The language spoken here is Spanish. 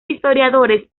historiadores